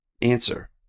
Answer